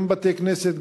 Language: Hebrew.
גם בתי-כנסת,